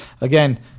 Again